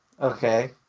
okay